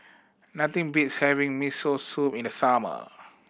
nothing beats having Miso Soup in the summer